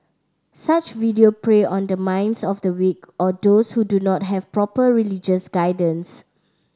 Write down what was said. such video prey on the minds of the weak or those who do not have proper religious guidance